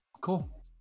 Cool